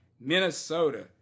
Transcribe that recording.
Minnesota